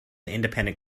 independent